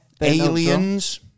Aliens